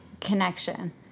connection